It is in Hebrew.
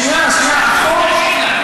שנייה, שנייה.